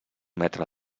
metre